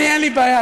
אין לי בעיה,